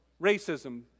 racism